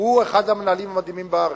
הוא אחד המנהלים המדהימים בארץ.